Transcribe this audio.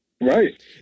Right